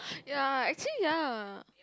ya actually ya